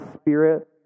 Spirit